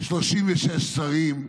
36 שרים,